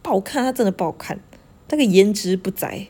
不好看他真的不好看那个颜值不在